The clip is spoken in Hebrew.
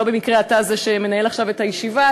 שלא במקרה אתה זה שמנהל עכשיו את הישיבה,